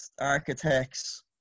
Architects